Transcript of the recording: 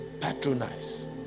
Patronize